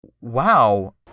wow